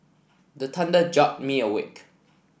the thunder jolt me awake